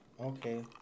okay